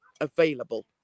available